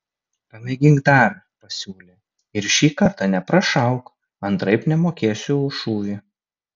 pamėgink dar pasiūlė ir šį kartą neprašauk antraip nemokėsiu už šūvį